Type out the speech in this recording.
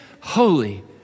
Holy